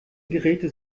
geräte